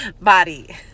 body